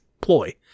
ploy